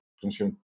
consume